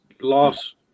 lost